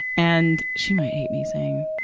and she might hate me saying.